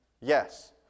Yes